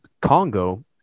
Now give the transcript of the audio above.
Congo